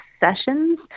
sessions